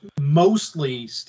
mostly